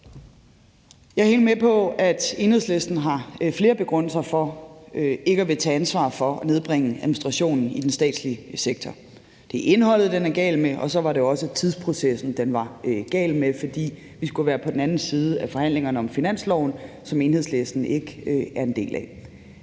Jeg er helt med på, at Enhedslisten har flere begrundelser for ikke at ville tage ansvar for at nedbringe administrationen i den statslige sektor. Det er indholdet, den er gal med, og så var det også tidsprocessen, den var gal med, fordi vi skulle være på den anden side af forhandlingerne om finansloven, som Enhedslisten ikke er en del af.